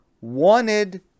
wanted